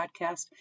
podcast